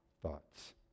thoughts